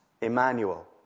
Emmanuel